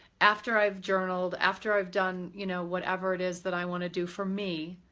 after i've journaled, after i've done, you know, whatever it is that i want to do for me,